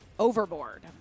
Overboard